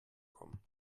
kommen